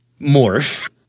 Morph